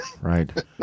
Right